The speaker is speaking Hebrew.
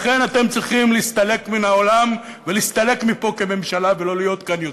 לכן אתם צריכים להסתלק מן העולם ולהסתלק מפה כממשלה ולא להיות כאן יותר.